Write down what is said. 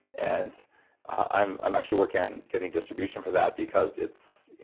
and i'm i'm actually working on getting distribution for that because it's.